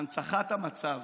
הנצחת המצב